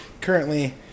currently